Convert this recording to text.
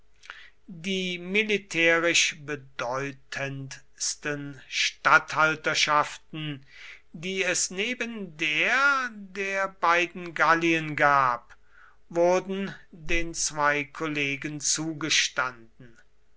die militärisch bedeutendsten statthalterschaften die es neben der der beiden gallien gab wurden den zwei kollegen zugestanden